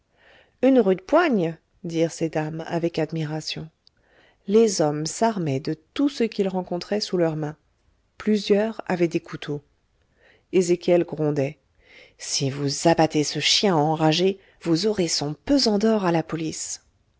une rude poigne dirent ces dames avec admiration les hommes s'armaient de tout ce qu'ils rencontraient sous leurs mains plusieurs avaient des couteaux ezéchiel grondait si vous abattez ce chien enragé vous aurez son pesant d'or à la police